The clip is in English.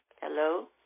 Hello